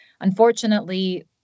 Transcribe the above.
Unfortunately